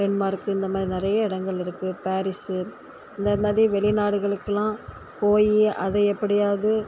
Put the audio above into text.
Denmark இந்த மாறி நெறைய இடங்கள் இருக்குது பேரிஸ்ஸு இந்த மாதிரி வெளிநாடுகளுக்கெல்லாம் போயி அதை எப்படியாது